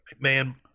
Man